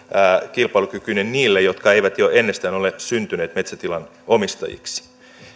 kilpailukykyinen niille jotka eivät jo ennestään ole syntyneet metsätilan omistajiksi